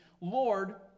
Lord